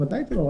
ודאי שלא.